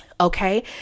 okay